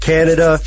Canada